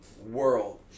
world